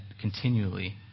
continually